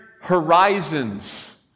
horizons